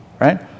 right